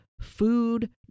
food